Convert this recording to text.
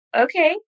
okay